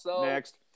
Next